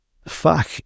fuck